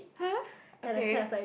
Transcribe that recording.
!huh! okay